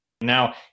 Now